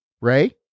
Ray